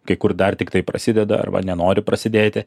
kai kur dar tiktai prasideda arba nenori prasidėti